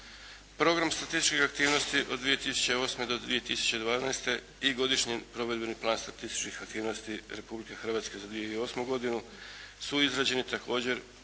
Program statističkih aktivnosti od 2008. do 2012. i Godišnji provedbeni plan statističkih aktivnosti Republike za 2008. godinu su izrađeni također